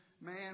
man